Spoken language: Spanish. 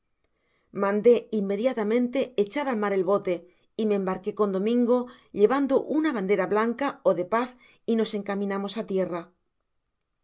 mandé inmediatamente echar al mar el bote y me embarqué con domingo llevando una bandera blanca ó de paz y nos encaminamos á tierra